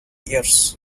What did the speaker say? years